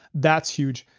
that's huge.